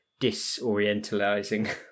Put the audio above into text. disorientalizing